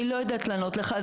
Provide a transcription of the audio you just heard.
אני לא יודעת לענות לך.